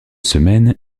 semaine